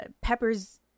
peppers